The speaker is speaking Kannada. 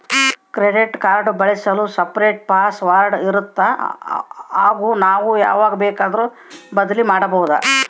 ಕ್ರೆಡಿಟ್ ಕಾರ್ಡ್ ಬಳಸಲು ಸಪರೇಟ್ ಪಾಸ್ ವರ್ಡ್ ಇರುತ್ತಾ ಹಾಗೂ ನಾವು ಯಾವಾಗ ಬೇಕಾದರೂ ಬದಲಿ ಮಾಡಬಹುದಾ?